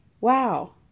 Wow